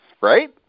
Right